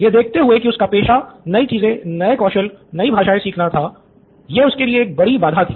यह देखते हुए कि उसका पेशा नई चीजें नए कौशल नई भाषाएँ सीखना था यह उसके लिए एक बड़ी बाधा थी